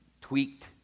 tweaked